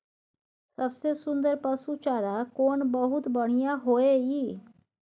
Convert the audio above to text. सबसे सुन्दर पसु चारा कोन बहुत बढियां होय इ?